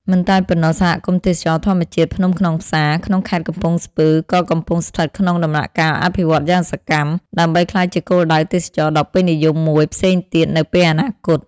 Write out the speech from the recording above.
មិនតែប៉ុណ្ណោះ សហគមន៍ទេសចរណ៍ធម្មជាតិភ្នំខ្នងផ្សារ ក្នុងខេត្តកំពង់ស្ពឺក៏កំពុងស្ថិតក្នុងដំណាក់កាលអភិវឌ្ឍន៍យ៉ាងសកម្ម ដើម្បីក្លាយជាគោលដៅទេសចរណ៍ដ៏ពេញនិយមមួយផ្សេងទៀតនៅពេលអនាគត។